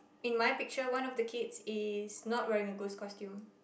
in my picture one of the kids is not wearing a ghost costume